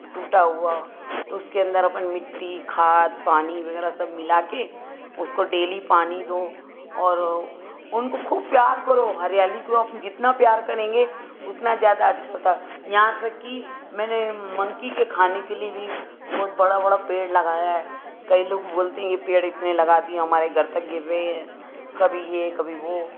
टूटा हुआ तो उसके अंदर अपन मिट्टी खाद पानी वगैरह सब मिलाकर उसको डेली पानी दो और उनको खूब प्यार करो हरियाली को अपन जितना प्यार करेंगे उतना ज़्यादा अच्छा होता यहाँ तक की मैंने मंकी के खाने के लिए भी बड़ा बड़ा पेड़ लगाया है कई लोग बोलते हैं यह पेड़ इतने लगा दिए हमारे घर तक गिर रहे हैं कभी यह कभी वह